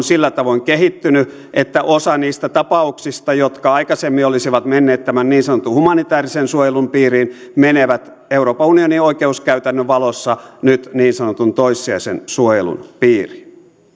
sillä tavoin kehittynyt että osa niistä tapauksista jotka aikaisemmin olisivat menneet tämän niin sanotun humanitäärisen suojelun piiriin menevät euroopan unionin oikeuskäytännön valossa nyt niin sanotun toissijaisen suojelun piiriin